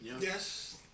Yes